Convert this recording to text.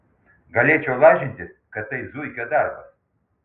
galėčiau lažintis kad tai zuikio darbas